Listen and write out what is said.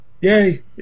yay